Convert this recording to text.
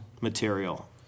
material